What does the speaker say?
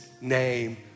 name